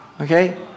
Okay